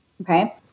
okay